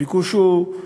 הביקוש הוא,